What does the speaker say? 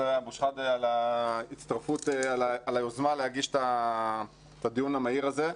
אבו שחאדה על היוזמה להגיש את הדיון המהיר הזה.